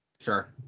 sure